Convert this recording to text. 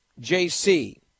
JC